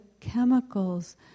chemicals